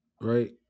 right